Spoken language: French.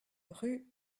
rue